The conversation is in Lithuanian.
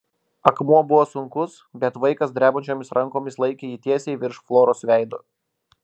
akmuo buvo sunkus bet vaikas drebančiomis rankomis laikė jį tiesiai virš floros veido